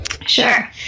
sure